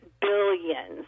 Billions